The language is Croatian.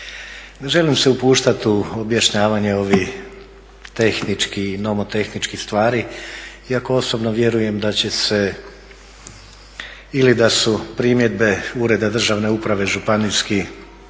želim se upuštat u objašnjavanje ovih tehničkih i nomotehničkih stvari, iako osobno vjerujem da će se ili da su primjedbe Ureda državne uprave županijski